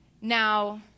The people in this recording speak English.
Now